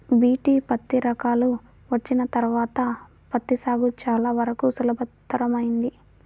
BT పత్తి రకాలు వచ్చిన తర్వాత పత్తి సాగు చాలా వరకు సులభతరమైంది